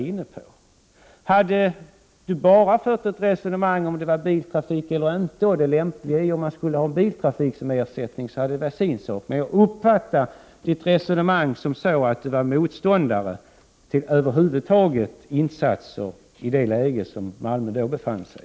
Om Roy Ottosson enbart hade fört ett resonemang om biltrafik eller inte, eller om han hade fört ett resonemang om det lämpliga med biltrafik som ersättning, hade det varit en annan sak. Men jag uppfattade Roy Ottosson så, att han i det läge som Malmö då befann sig i över huvud taget var motståndare till insatser.